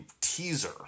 teaser